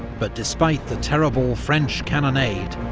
but despite the terrible french cannonade,